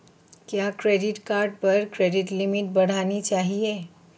क्या credit card पर credit limit बढ़ानी चाहिए?